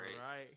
right